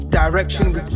Direction